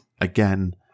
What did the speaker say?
again